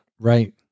Right